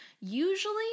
usually